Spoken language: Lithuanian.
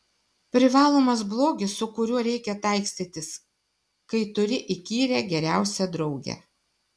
privalomas blogis su kuriuo reikia taikstytis kai turi įkyrią geriausią draugę